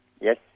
Yes